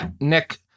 Nick